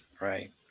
right